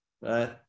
right